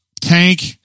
Tank